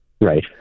Right